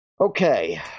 Okay